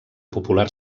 popular